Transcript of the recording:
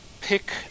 pick